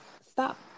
stop